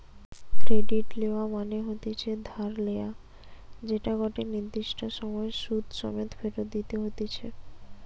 credit লেওয়া মনে হতিছে ধার লেয়া যেটা গটে নির্দিষ্ট সময় সুধ সমেত ফেরত দিতে হতিছে